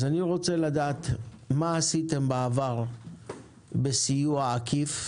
אז אני רוצה לדעת מה עשיתם בעבר בסיוע עקיף,